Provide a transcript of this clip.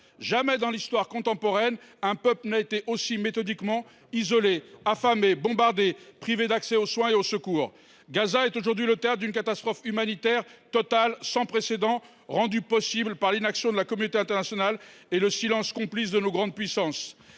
Jamais dans l’histoire contemporaine un peuple n’a été aussi méthodiquement isolé, affamé, bombardé, privé d’accès aux soins et aux secours ! Gaza est aujourd’hui le théâtre d’une catastrophe humanitaire totale, sans précédent, qui a été rendue possible par l’inaction de la communauté internationale et le silence complice de nos grandes puissances